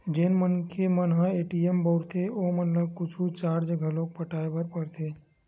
जेन मनखे मन ह ए.टी.एम बउरथे ओमन ल कुछु चारज घलोक पटाय बर परथे